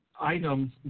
items